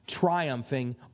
triumphing